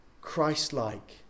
Christ-like